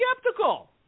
skeptical